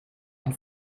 ein